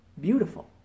beautiful